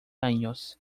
años